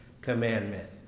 Commandment